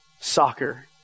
soccer